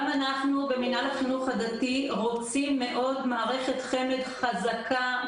גם אנחנו במינהל החינוך הדתי רוצים מאוד מערכת חמ"ד חזקה,